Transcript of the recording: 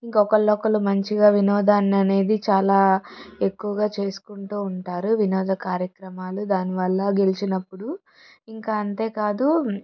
ఇంకా ఒకళ్ళు ఒకళ్ళు మంచిగా వినోదాన్ని అనేది చాలా ఎక్కువుగా చేసుకుంటూ ఉంటారు వినోద కార్యక్రమాలు దానివల్ల గెలిచినప్పుడు ఇంక అంతేకాదు